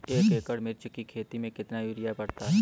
एक एकड़ मिर्च की खेती में कितना यूरिया पड़ता है?